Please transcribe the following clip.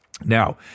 Now